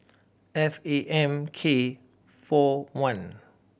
F A M K four one